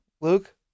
luke